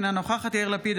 אינה נוכחת יאיר לפיד,